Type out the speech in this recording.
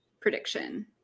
prediction